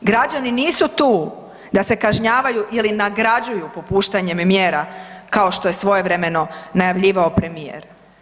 Građani nisu tu da se kažnjavaju ili nagrađuju popuštanjem mjera, kao što je svojevremeno najavljivao premijer.